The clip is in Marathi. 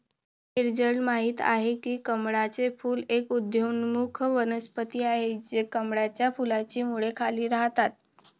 नीरजल माहित आहे की कमळाचे फूल एक उदयोन्मुख वनस्पती आहे, कमळाच्या फुलाची मुळे खाली राहतात